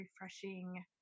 refreshing